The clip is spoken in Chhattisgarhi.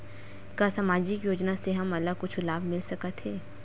का सामाजिक योजना से हमन ला कुछु लाभ मिल सकत हे?